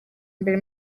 mbere